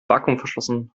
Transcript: vakuumverschlossen